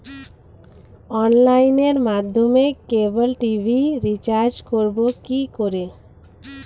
অনলাইনের মাধ্যমে cable TV recharge করব কি করে?